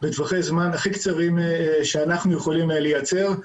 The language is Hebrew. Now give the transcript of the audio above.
בטווחי זמן הכי קצרים שאנחנו יכולים לייצר,